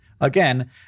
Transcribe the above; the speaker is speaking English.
again